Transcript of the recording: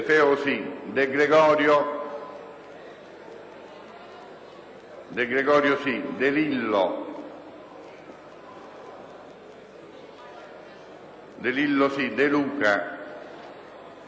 De Luca, De Sena,